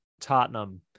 Tottenham